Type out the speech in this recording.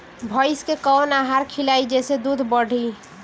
भइस के कवन आहार खिलाई जेसे दूध बढ़ी?